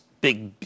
big